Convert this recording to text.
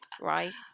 right